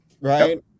right